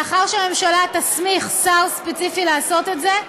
לאחר שהממשלה תסמיך שר ספציפי לעשות את זה,